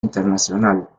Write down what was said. internacional